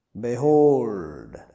Behold